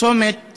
הצומת